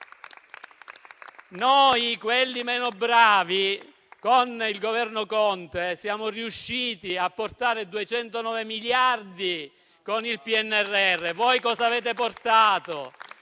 Noi, quelli meno bravi, con il Governo Conte siamo riusciti a ottenere 209 miliardi con il PNRR. Voi cosa avete ottenuto?